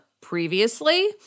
previously